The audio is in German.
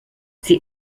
sie